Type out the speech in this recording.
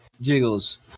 Jiggles